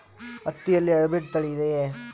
ಹತ್ತಿಯಲ್ಲಿ ಹೈಬ್ರಿಡ್ ತಳಿ ಇದೆಯೇ?